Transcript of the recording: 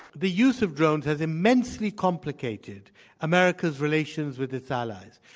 the use of drones has immensely complicated america's relations with its allies.